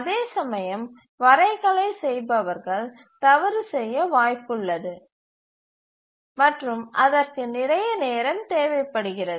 அதேசமயம் வரைகலை செய்பவர்கள் தவறு செய்ய வாய்ப்புள்ளது மற்றும் அதற்கு நிறைய நேரம் தேவைப்படுகிறது